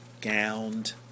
gowned